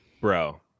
bro